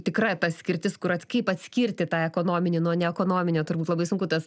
tikra ta skirtis kur at kaip atskirti tą ekonominį nuo neekonominio turbūt labai sunku tas